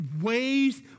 ways